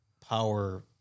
power